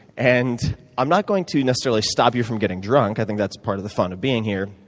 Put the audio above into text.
and i'm not going to necessarily stop you from getting drunk i think that's part of the fun of being here.